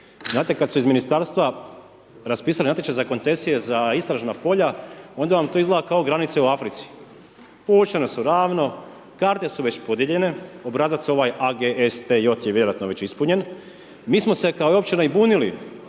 Znate kad su iz ministarstva raspisali natječaj za koncesije za istražna polja, oda vam to izgleda kao granice u Africi. Povučene su ravno, karte su već podijeljene, obrazac ovaj AGSTJ je vjerojatno već ispunjen, mi smo se i kao općina i bunili